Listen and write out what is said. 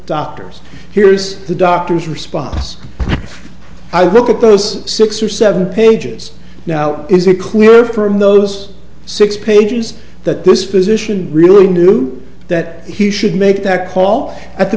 doctors here's the doctor's response i looked at those six or seven pages now is it clear from those six pages that this physician really knew that he should make that call at the